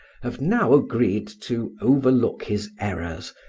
have now agreed to overlook his errors,